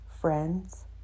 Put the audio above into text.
friends